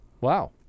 Wow